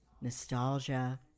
nostalgia